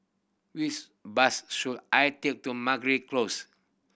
which bus should I take to Meragi Close